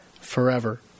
forever